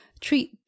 Treat